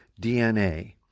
DNA